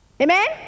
Amen